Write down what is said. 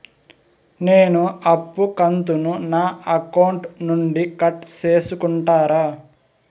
నేను అప్పు కంతును నా అకౌంట్ నుండి కట్ సేసుకుంటారా?